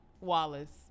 Wallace